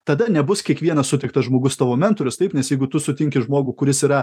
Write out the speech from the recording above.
tada nebus kiekvienas sutiktas žmogus tavo mentorius taip nes jeigu tu sutinki žmogų kuris yra